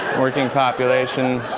working population.